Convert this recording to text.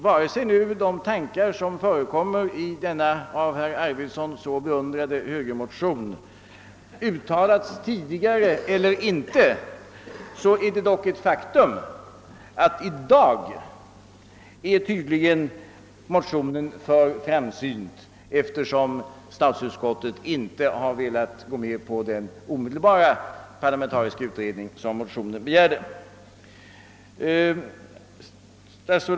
Vare sig de tankar som förekommer i denna av herr Arvidson så beundrade högermotion uttalats tidigare eller inte, är det dock ett faktum att motionen i dag tydligen är för framsynt, eftersom statsutskottet inte har velat gå med på den omedelbara parlamentariska utredning som begärts i motionen.